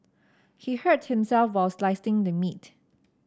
he hurt himself while slicing the meat